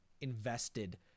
invested